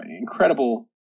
incredible